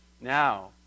Now